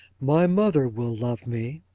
my mother will love me.